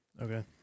Okay